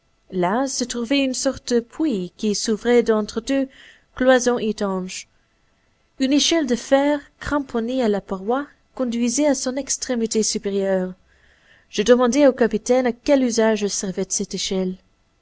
là se trouvait une sorte de puits qui s'ouvrait entre deux cloisons étanches une échelle de fer cramponnée à la paroi conduisait à son extrémité supérieure je demandai au capitaine à quel usage servait cette échelle